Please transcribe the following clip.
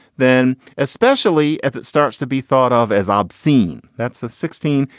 then especially as it starts to be thought of as obscene. that's the sixteen,